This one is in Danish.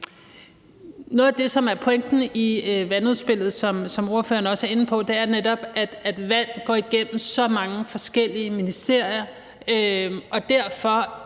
Noget af det, som er pointen i vandudspillet, og som ordføreren også er inde på, er netop, at vand er gennemgående i så mange forskellige ministerier.